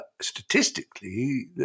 statistically